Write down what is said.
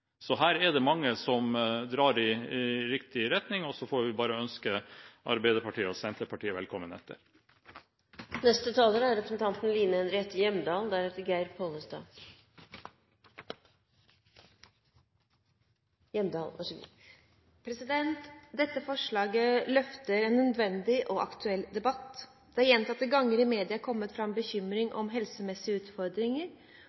så får vi bare ønske Arbeiderpartiet og Senterpartiet velkommen etter. Dette forslaget løfter en nødvendig og aktuell debatt. Det er gjentatte ganger i media kommet fram bekymring